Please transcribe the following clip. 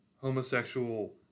homosexual